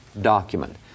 document